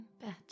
better